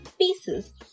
pieces